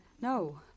No